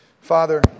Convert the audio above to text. Father